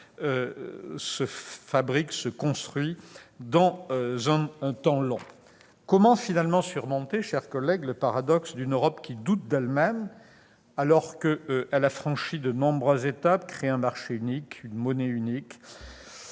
l'Europe se construit dans un temps long. Comment finalement surmonter, chers collègues, le paradoxe d'une Europe qui doute d'elle-même, alors qu'elle a franchi de nombreuses étapes ? Je rappelle qu'elle a créé un marché unique, une monnaie unique,